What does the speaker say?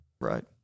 Right